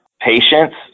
patients